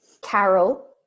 Carol